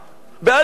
בהליכה.